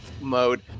mode